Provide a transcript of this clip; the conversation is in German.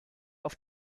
auf